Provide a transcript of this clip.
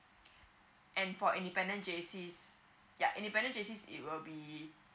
and for independent J_C yeah independent J_C it will be